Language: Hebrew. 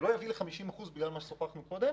זה לא יביא ל-50% בגלל מה ששוחחנו קודם,